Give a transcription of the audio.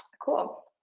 cool